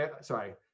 sorry